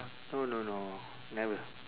no no no never